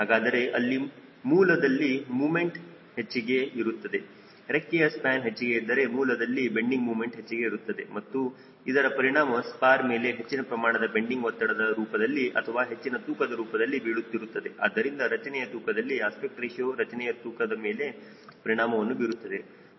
ಹಾಗಾದರೆ ಅಲ್ಲಿ ಮೂಲದಲ್ಲಿ ಮೊಮೆಂಟ್ ಹೆಚ್ಚಿಗೆ ಇರುತ್ತದೆ ರೆಕ್ಕೆಯ ಸ್ಪ್ಯಾನ್ ಹೆಚ್ಚಿಗೆ ಇದ್ದರೆ ಮೂಲದಲ್ಲಿ ಬೆಂಡಿಂಗ್ ಮೊಮೆಂಟ್ ಹೆಚ್ಚಿಗೆ ಇರುತ್ತದೆ ಇದರ ಪರಿಣಾಮವು ಸ್ಪಾರ್ ಮೇಲೆ ಹೆಚ್ಚಿನ ಪ್ರಮಾಣದ ಬೆಂಡಿಂಗ್ ಒತ್ತಡದ ರೂಪದಲ್ಲಿ ಅಥವಾ ಹೆಚ್ಚಿನ ತೂಕದ ರೂಪದಲ್ಲಿ ಬೀಳುತ್ತಿರುತ್ತದೆ ಆದ್ದರಿಂದ ರಚನೆಯ ತೂಕದಲ್ಲಿ ಅಸ್ಪೆಕ್ಟ್ ರೇಶಿಯೋ ರಚನೆಯ ತೂಕದ ಮೇಲೆ ಪರಿಣಾಮವನ್ನು ಬೀರುತ್ತದೆ